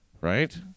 right